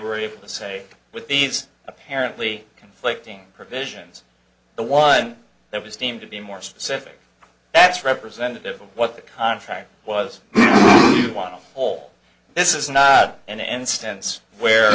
were able to say with these apparently conflicting provisions the one that was deemed to be more specific that's representative of what the contract was while all this is not an end stance where